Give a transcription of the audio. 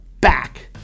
back